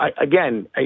again